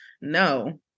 No